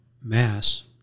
mass